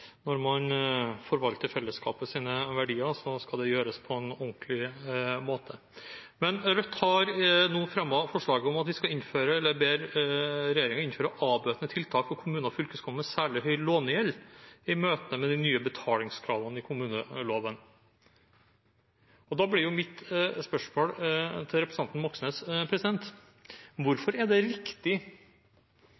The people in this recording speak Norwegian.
når man forvalter fellesskapets verdier, skal det gjøres på en ordentlig måte. Rødt har nå fremmet et forslag der de ber regjeringen innføre avbøtende tiltak for kommuner og fylkeskommuner med særlig høy lånegjeld i møte med de nye betalingskravene i kommuneloven. Da blir mitt spørsmål til representanten Moxnes: